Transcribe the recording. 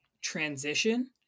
transition